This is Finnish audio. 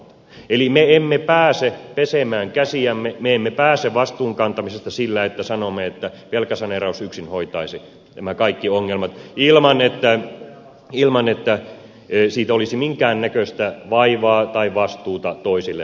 eli me emme pääse pesemään käsiämme me emme pääse vastuun kantamisesta sillä että sanomme että velkasaneeraus yksin hoitaisi nämä kaikki ongelmat ilman että siitä olisi minkäännäköistä vaivaa tai vastuuta toisille maille